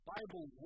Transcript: Bible